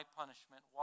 punishment